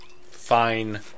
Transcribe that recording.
fine